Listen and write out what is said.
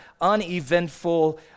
uneventful